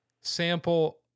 sample